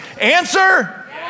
Answer